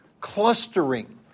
clustering